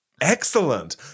Excellent